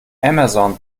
amazon